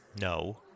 No